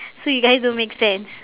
so you guys don't make sense